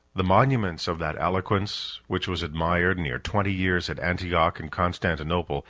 the monuments of that eloquence, which was admired near twenty years at antioch and constantinople,